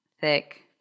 thick